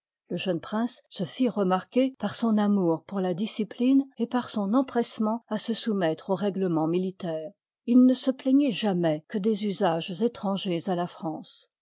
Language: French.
le jeune prince se fit remarquer par son amour pour la discipline et par on empressement à se soumettre aux réglemens militaires il ne se plaignoit jamais lettre à quc dcs usages étrangers à la france